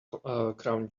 crown